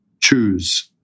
choose